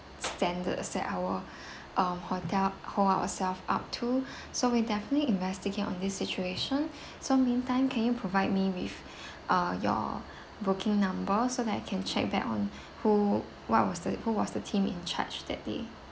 standard uh set our uh hotel hold ourselves up to so we definitely investigate on this situation so meantime can you provide me with uh your booking number so that I can check back on who what was the who was the team in charge that day